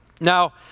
Now